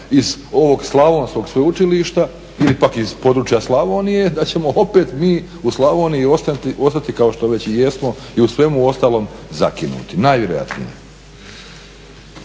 iz ovog slavonskog sveučilišta ili pak iz područja Slavonije da ćemo opet mi u Slavoniji ostati kao što već i jesmo i u svemu ostalom zakinuti, najvjerojatnije.